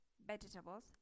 Vegetables